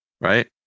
Right